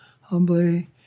humbly